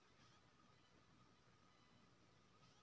बीमा खोले के लेल की सब चाही?